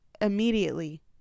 immediately